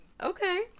Okay